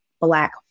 black